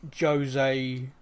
Jose